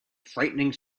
frightening